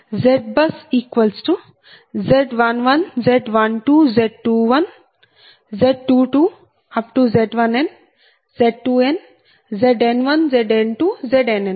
ZBUSZ11 Z12 Z21 Z22 Z1n Z2n Zn1 Zn2 Znn